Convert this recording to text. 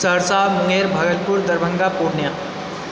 Saharsa Munger Bhagalpur Darbhanga Purnia